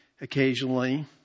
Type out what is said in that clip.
occasionally